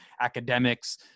academics